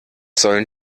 sollen